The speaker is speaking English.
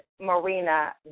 Marina